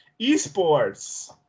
esports